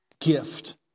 gift